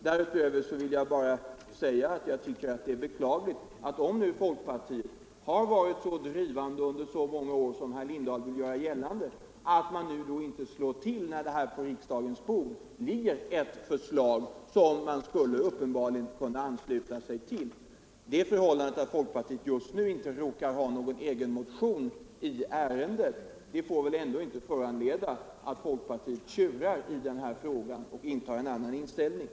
Därutöver vill jag bara säga att om nu folkpartiet i denna fråga har varit så drivande under så många år som herr Lindahl vill göra gällande, så är det beklagligt att man inte slår till när det här på riksdagens bord ligger ett förslag som man uppenbarligen skulle kunna ansluta sig till. Det för hållandet att folkpartiet just nu inte råkar ha någon egen motion i ärendet får väl ändå inte föranleda att folkpartiet tjurar i denna fråga och intar en annan ståndpunkt.